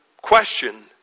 Question